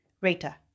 Rita